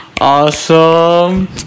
Awesome